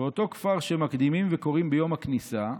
"באותו כפר שמקדימין וקוראין ביום הכניסה,